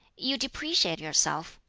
you depreciate yourself.